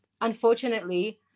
unfortunately